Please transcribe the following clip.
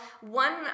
One